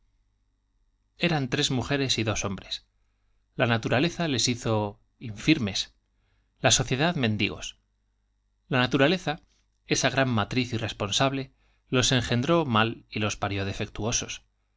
eran tres mujeres y dos hombres la natur aleza les hizo infirmes la sociedad mendigos la natura leza esa gran matriz irresponsable los engendró mal y los parió defectuosos